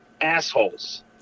assholes